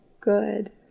good